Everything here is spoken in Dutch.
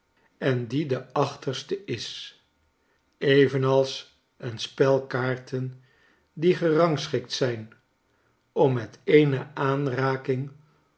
en die de achterste is evenals een spel kaarten die gerangschikt zijn om met eene aanraking